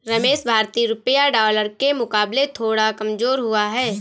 रमेश भारतीय रुपया डॉलर के मुकाबले थोड़ा कमजोर हुआ है